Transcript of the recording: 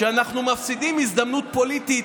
ואנחנו מפסידים הזדמנות פוליטית,